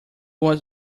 was